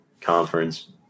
Conference